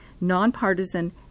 nonpartisan